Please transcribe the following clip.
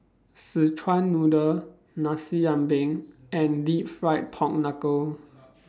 Szechuan Noodle Nasi Ambeng and Deep Fried Pork Knuckle